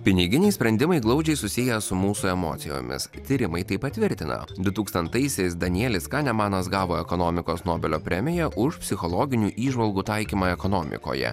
piniginiai sprendimai glaudžiai susiję su mūsų emocijomis tyrimai tai patvirtina dutūkstantaisiais danielis kanemanas gavo ekonomikos nobelio premiją už psichologinių įžvalgų taikymą ekonomikoje